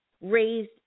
raised